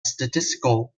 statistical